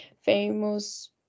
famous